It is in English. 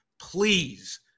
please